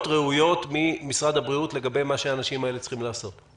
ראויות ממשרד הבריאות לגבי מה שהאנשים האלה צריכים לעשות?